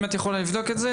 אם תוכלי לבדוק את זה.